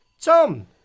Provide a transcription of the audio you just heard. Tom